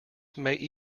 may